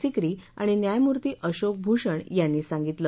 सिकरी आणि न्यायमूर्ती अशोक भूषण यांनी सांगितलं